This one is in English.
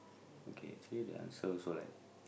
okay actually the answer also like